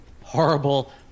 horrible